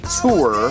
tour